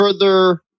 further